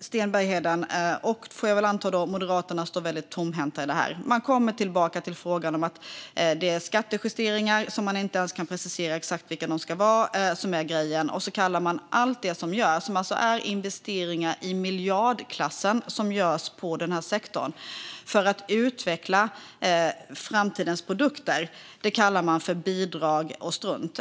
Sten Bergheden - och Moderaterna, får jag väl anta - står väldigt tomhänt. Man kommer tillbaka till frågan om att det är skattejusteringar som är grejen, men man kan inte ens precisera exakt vilka de ska vara. Sedan kallar man allt det som görs, de investeringar i miljardklassen som görs på den här sektorn för att utveckla framtidens produkter, för bidrag och strunt.